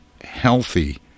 healthy